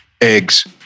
Eggs